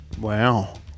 Wow